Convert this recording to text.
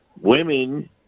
women